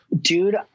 Dude